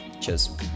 cheers